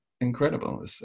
incredible